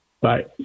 Bye